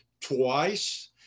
twice